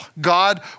God